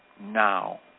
now